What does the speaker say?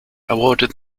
awarded